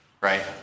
right